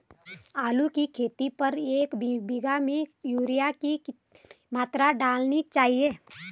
आलू की खेती पर एक बीघा में यूरिया की कितनी मात्रा डालनी चाहिए?